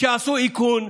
שיעשו איכון,